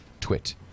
twit